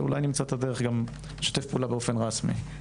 ואולי נמצא את הדרך גם לשתף פעולה באופן רשמי.